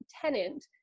tenant